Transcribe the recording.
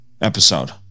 episode